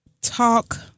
Talk